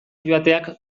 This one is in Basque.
joateak